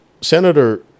Senator